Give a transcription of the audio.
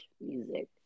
music